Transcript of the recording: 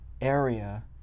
area